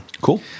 cool